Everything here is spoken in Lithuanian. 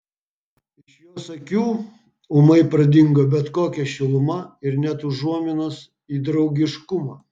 iš jos akių ūmai pradingo bet kokia šiluma ir net užuominos į draugiškumą